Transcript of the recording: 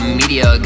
media